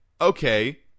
Okay